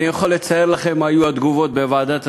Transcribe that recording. אני יכול לצייר מה היו התגובות בוועדת השרים,